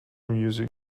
music